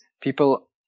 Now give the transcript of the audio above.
people